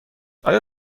آیا